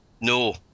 No